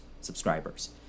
subscribers